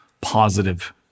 positive